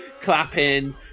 clapping